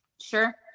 Sure